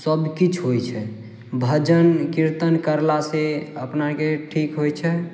सब किछु होइ छै भज्जन किर्तन करला से अपनाके ठीक होइ छै